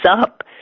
up